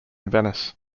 venice